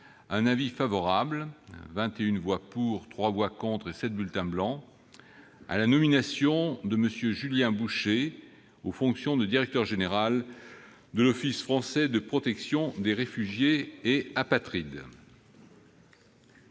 un avis favorable- 21 voix pour, 3 voix contre et 7 bulletins blancs -à la nomination de M. Julien Boucher aux fonctions de directeur général de l'Office français de protection des réfugiés et apatrides.